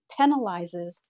penalizes